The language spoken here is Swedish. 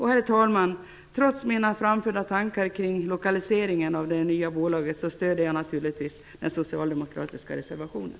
Herr talman! Trots mina framförda tankar kring lokaliseringen av det nya bolaget stöder jag naturligtvis den socialdemokratiska reservationen.